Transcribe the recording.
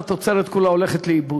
אל תצביע בעד,